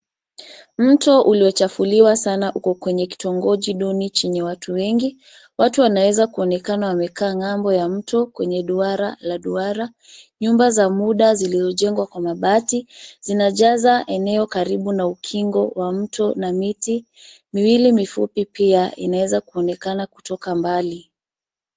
Mto uliochafuliwa sana uko kwenye kitongoji duni chenye watu wengi. Watu wanaweza kuonekana wamekaa ng'ambo ya mto kwenye duara la duara. Nyumba za muda zilizojengwa kwa mabati zinajaza eneo karibu na ukingo wa mto. Na miti miwili mifupi inaweza kuonekana kutoka mbali.